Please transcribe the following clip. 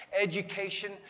education